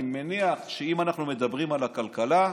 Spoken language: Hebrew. אני מניח שאם אנחנו מדברים על הכלכלה,